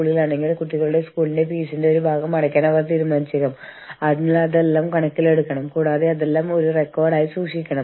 അതിനാൽ ഇത്തരത്തിലുള്ള ഒരു കാലാവസ്ഥയിൽ അത്തരം ആളുകൾക്കായി നിങ്ങൾ ഒരുക്കുന്ന വ്യവസ്ഥകൾ വളരെ തണുത്ത കാലാവസ്ഥയിൽ ഉള്ള ആളുകൾക്ക് വേണ്ടി ഒരുക്കുന്ന വ്യവസ്ഥകളിൽ നിന്ന് വളരെ വ്യത്യസ്തമായിരിക്കും